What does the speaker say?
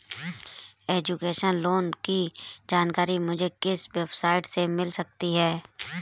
Education loan की जानकारी मुझे किस वेबसाइट से मिल सकती है?